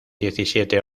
diecisiete